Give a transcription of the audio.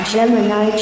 Gemini